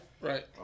right